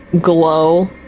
glow